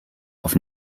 auf